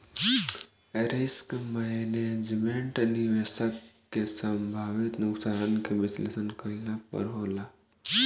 risk management, निवेशक के संभावित नुकसान के विश्लेषण कईला पर होला